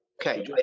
okay